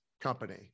company